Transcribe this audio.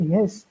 Yes